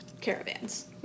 caravans